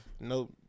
Nope